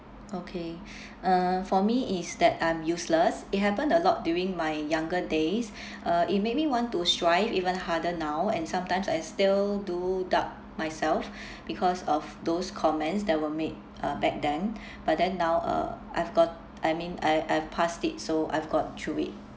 okay uh for me is that I'm useless it happened a lot during my younger days uh it made me want to strive even harder now and sometimes I still do doubt myself because of those comments that were made uh back then but then now uh I've got I mean I I've passed it so I've got through it